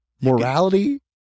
Morality